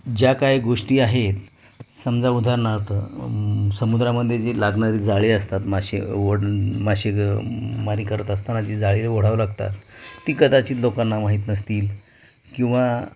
ज्या काय गोष्टी आहेत समजा उदाहरणार्थ समुद्रामध्ये जी लागणारी जाळे असतात मासे ओढ मासेमारी करत असताना जी जाळे ओढावं लागतात ती कदाचित लोकांना माहीत नसतील किंवा